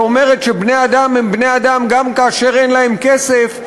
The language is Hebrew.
שאומרת שבני-אדם הם בני-אדם גם כאשר אין להם כסף,